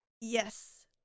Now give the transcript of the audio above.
yes